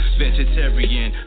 vegetarian